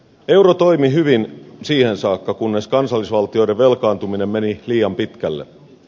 euro toimi hyvin siihen saakka kunnes kansallisvaltioiden velkaantuminen meni liian pitkälle